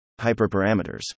Hyperparameters